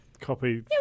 copy